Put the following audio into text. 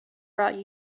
brought